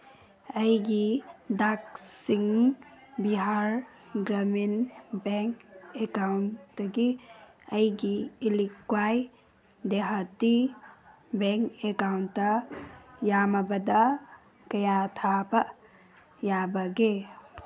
ꯑꯩꯒꯤ ꯗꯥꯛꯁꯤꯟ ꯕꯤꯍꯥꯔ ꯒ꯭ꯔꯥꯃꯤꯟ ꯕꯦꯡ ꯑꯦꯀꯥꯎꯟꯇꯒꯤ ꯑꯩꯒꯤ ꯏꯂꯤꯀ꯭ꯋꯥꯏ ꯗꯦꯍꯥꯇꯤ ꯕꯦꯡ ꯑꯦꯀꯥꯎꯟꯇ ꯌꯥꯝꯃꯕꯗ ꯀꯌꯥ ꯊꯥꯕ ꯌꯥꯕꯒꯦ